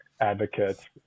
advocates